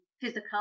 physical